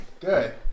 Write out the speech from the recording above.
Good